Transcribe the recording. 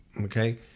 Okay